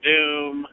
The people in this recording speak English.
Doom